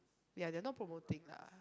ya they're not promoting lah